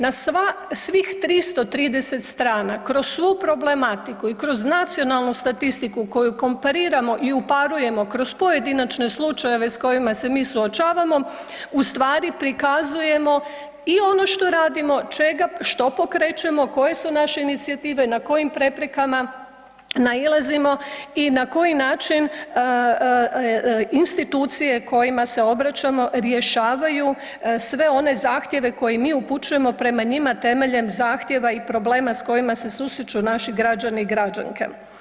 Na sva, svih 330 strana kroz svu problematiku i kroz nacionalnu statistiku koju kompariramo i uparujemo kroz pojedinačne slučajeve s kojima se mi suočavamo u stvari prikazujemo i ono što radimo, što pokrećemo, koje su naše inicijative, na kojim preprekama nailazimo i na koji način institucije kojima se obraćamo rješavaju sve one zahtjeve koje mi upućujemo prema njima temeljem zahtjeva i problema s kojima se susreću naši građani i građanke.